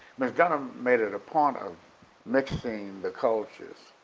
miss dunham made it a point of mixing the cultures,